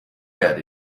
get